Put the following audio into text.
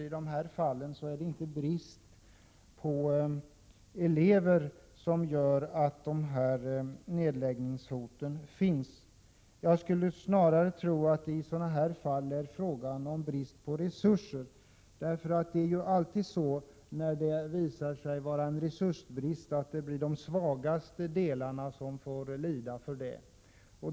I det här fallet är det nämligen inte brist på elever som är anledningen till nedläggningshoten. Jag skulle snarare tro att det i detta fall är fråga om brist på resurser. När det är ont om resurser blir det ju alltid de svagaste delarna som får lida.